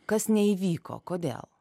kas neįvyko kodėl